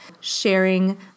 Sharing